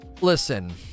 listen